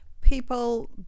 people